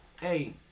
Hey